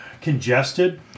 congested